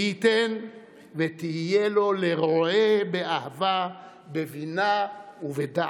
מי ייתן ותהיה לו לרועה באהבה, בבינה ובדעת.